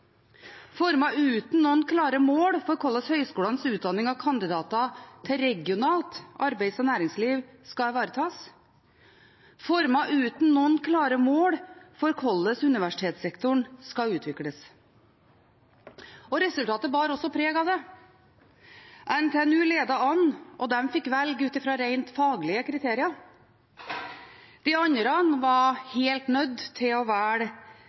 uten noen klare mål for hvordan høyskolenes utdanning av kandidater til regionalt arbeids- og næringsliv skal ivaretas, formet uten noen klare mål for hvordan universitetssektoren skal utvikles. Resultatet bar også preg av det. NTNU ledet an, og de fikk velge ut fra rent faglige kriterier. De andre var helt nødt til å